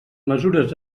mesures